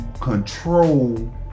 control